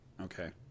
Okay